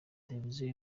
television